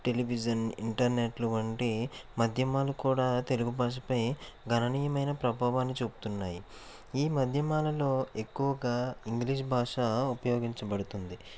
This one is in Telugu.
టెలివిజన్ ఇంటర్నెట్లు వంటి మధ్యమాలు కూడా తెలుగు భాషపై గణనీయమయిన ప్రభావాన్ని చూపుతున్నాయి ఈ మధ్యమాలలో ఎక్కువగా ఇంగ్లీష్ భాష ఉపయోగించబడుతుంది